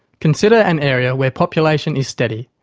consider an area where population is steady,